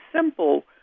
simple